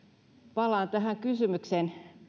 palaan tähän kysymykseen